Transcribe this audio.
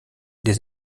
des